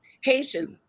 Haitians